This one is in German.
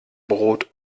brot